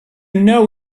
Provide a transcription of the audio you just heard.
know